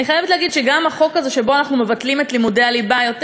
אני חייבת להגיד שגם החוק הזה שבו אנחנו מבטלים את לימודי הליבה יותר